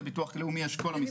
לביטוח הלאומי יש את כל המספרים.